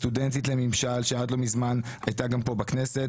סטודנטית לממשל שעד לא מזמן הייתה גם כאן בכנסת,